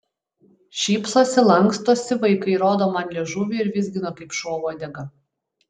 šypsosi lankstosi vaikai rodo man liežuvį ir vizgina kaip šuo uodegą